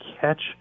catch